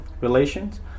relations